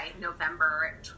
November